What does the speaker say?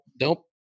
Nope